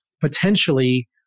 potentially